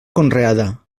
conreada